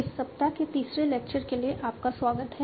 इस सप्ताह के तीसरे लेक्चर के लिए आपका स्वागत है